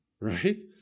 right